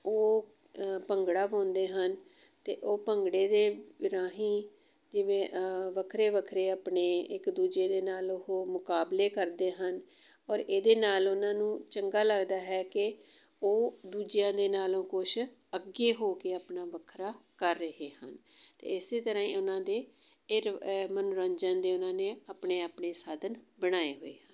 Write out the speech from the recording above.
ਉਹ ਭੰਗੜਾ ਪਾਉਂਦੇ ਹਨ ਅਤੇ ਉਹ ਭੰਗੜੇ ਦੇ ਰਾਹੀਂ ਜਿਵੇਂ ਵੱਖਰੇ ਵੱਖਰੇ ਆਪਣੇ ਇੱਕ ਦੂਜੇ ਦੇ ਨਾਲ ਉਹ ਮੁਕਾਬਲੇ ਕਰਦੇ ਹਨ ਔਰ ਇਹਦੇ ਨਾਲ ਉਹਨਾਂ ਨੂੰ ਚੰਗਾ ਲੱਗਦਾ ਹੈ ਕਿ ਉਹ ਦੂਜਿਆਂ ਦੇ ਨਾਲੋਂ ਕੁਛ ਅੱਗੇ ਹੋ ਗਏ ਆਪਣਾ ਵੱਖਰਾ ਕਰ ਰਹੇ ਹਨ ਅਤੇ ਇਸ ਤਰ੍ਹਾਂ ਹੀ ਉਹਨਾਂ ਦੇ ਇਹ ਮਨੋਰੰਜਨ ਦੇ ਉਹਨਾਂ ਨੇ ਆਪਣੇ ਆਪਣੇ ਸਾਧਨ ਬਣਾਏ ਹੋਏ ਹਨ